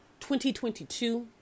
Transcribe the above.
2022